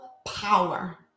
power